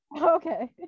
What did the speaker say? Okay